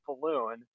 balloon